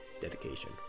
dedication